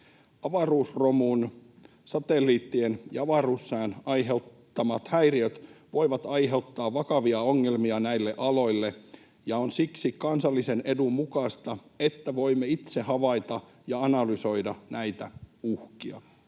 Avaruusromun, satelliittien ja avaruussään aiheuttamat häiriöt voivat aiheuttaa vakavia ongelmia näille aloille, ja on siksi kansallisen edun mukaista, että voimme itse havaita ja analysoida näitä uhkia.